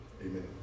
Amen